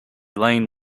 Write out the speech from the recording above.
lane